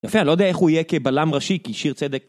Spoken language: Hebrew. יפה, לא יודע איך הוא יהיה כבלם ראשי, כי שיר צדק.